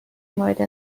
مورد